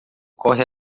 corre